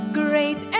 great